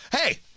Hey